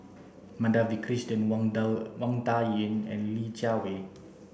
Madhavi Krishnan Wang Dao Wang Dayuan and Li Jiawei